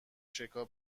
شکار